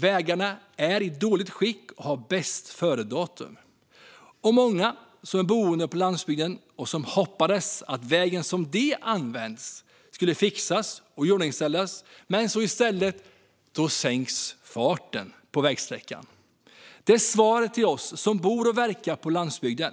Vägarna är i dåligt skick och har passerat bästföredatum. Det är många boende på landsbygden som hade hoppats att den väg som de använder skulle fixas och iordningställas, men i stället sänks farten på vägsträckan. Det är svaret till oss som bor och verkar på landsbygden: